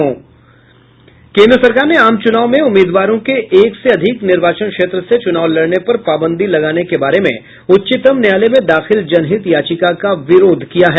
केन्द्र सरकार ने आम चूनाव में उम्मीदवारों के एक से अधिक निर्वाचन क्षेत्र से चूनाव लड़ने पर पाबंदी लगाने के बारे में उच्चतम न्यायालय में दाखिल जनहित याचिका का विरोध किया है